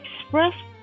express